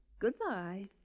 Goodbye